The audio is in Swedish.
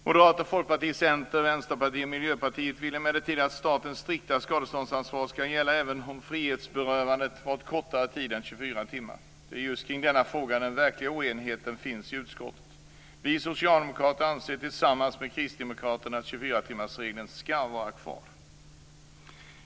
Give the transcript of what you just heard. Moderaterna, Folkpartiet, Centern, Vänsterpartiet och Miljöpartiet vill emellertid att statens strikta skadestånd skall gälla även om frihetsberövandet varat kortare tid än 24 timmar. Det är just kring denna fråga som den verkliga oenigheten finns i utskottet. Vi socialdemokrater anser tillsammans med kristdemokraterna att 24-timmarsregeln skall vara kvar.